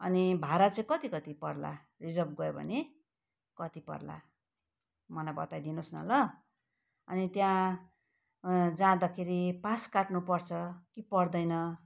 अनि भाडा चाहिँ कति कति पर्ला रिजर्भ गयो भने कति पर्ला मलाई बताइदिनुहोस् न ल अनि त्यहाँ जाँदाखेरि पास काटनु पर्छ कि पर्दैन